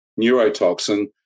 neurotoxin